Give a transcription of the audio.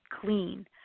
clean